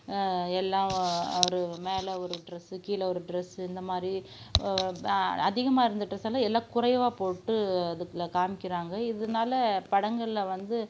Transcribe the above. எல்லாம் ஒரு மேலே ஒரு ட்ரெஸ்ஸு கீழே ஒரு ட்ரெஸ்ஸு இந்த மாதிரி ஒ அதிகமாக இருந்த ட்ரெஸ்ஸெல்லாம் எல்லாம் குறைவாக போட்டு அதில் காமிக்கிறாங்க இதனால படங்கள்ல வந்து